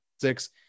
six